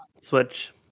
Switch